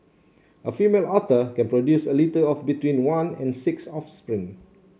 a female otter can produce a litter of between one and six offspring